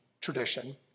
tradition